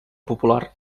popular